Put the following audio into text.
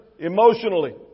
emotionally